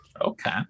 Okay